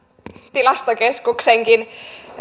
tilastokeskuksenkin